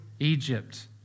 Egypt